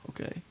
Okay